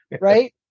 right